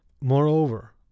Moreover